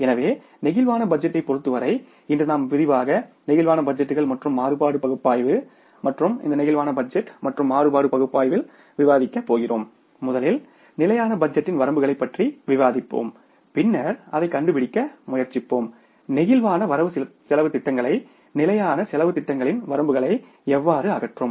எனவே பிளேக்சிபிள் பட்ஜெட்டைப் பொறுத்தவரை இன்று நாம் விரிவாக பிளேக்சிபிள் பட்ஜெட்டுகள் மற்றும் மாறுபாடு பகுப்பாய்வு மற்றும் இந்த பிளேக்சிபிள் பட்ஜெட் மற்றும் மாறுபாடு பகுப்பாய்வினை நாம் விவாதிக்கப் போகிறோம் முதலில் ஸ்டாடிக் பட்ஜெட்டின் வரம்புகளைப் பற்றி விவாதிப்போம் பின்னர் அதைக் கண்டுபிடிக்க முயற்சிப்போம் நெகிழ்வான வரவு செலவுத் திட்டங்கள் நிலையான வரவு செலவுத் திட்டங்களின் வரம்புகளை எவ்வாறு அகற்றும்